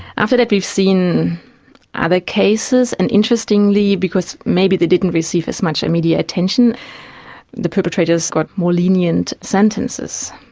after that we've seen other cases, and interestingly because maybe they didn't receive as much and media attention the perpetrators got more lenient sentences.